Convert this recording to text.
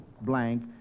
blank